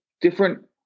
different